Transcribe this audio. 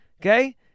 okay